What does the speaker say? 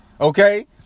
okay